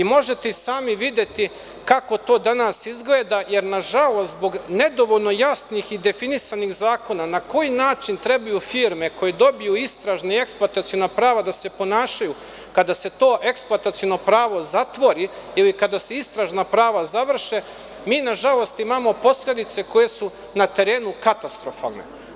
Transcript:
Možete i sami videti kako to danas izgleda, jer nažalost zbog nedovoljno jasnih i definisanih zakona na koji način trebaju firme koje dobiju istražna eksploataciona prava treba da se ponašaju kada se to eksploataciono pravo zatvori ili kada se istražna prava završe, mi nažalost, imamo posledice koje su na terenu katastrofalne.